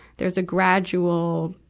there's a gradual,